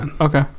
Okay